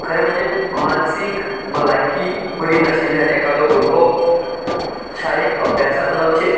खरें म्हणजे मानसीक भलायकी बरीं नाशिल्ल्यान एकादो भुरगो शाळेंत अभ्यासाक लक्ष